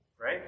right